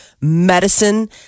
medicine